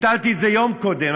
ביטלתי את זה יום קודם.